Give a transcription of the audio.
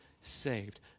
saved